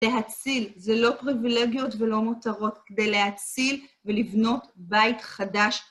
להציל, זה לא פריבילגיות ולא מותרות כדי להציל ולבנות בית חדש.